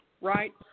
right